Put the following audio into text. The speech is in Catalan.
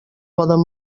poden